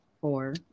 Four